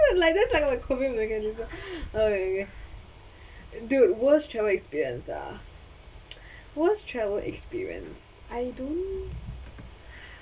like that's like my coping mechanism okay okay okay dude worst travel experience ah worst travel experience I don't